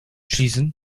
schließen